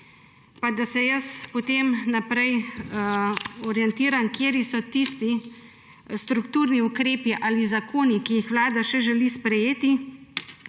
Pa da se jaz potem naprej orientiram, kateri so tisti strukturni ukrepi ali zakoni, ki jih Vlada še želi sprejeti,